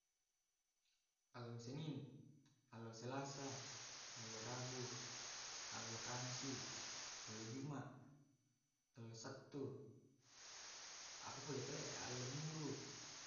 Allo senin, allo selasa, allo rabu, allo kammisi, allo jumat, allo sabtu, apa pule tu le allo minggu.